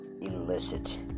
illicit